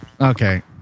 Okay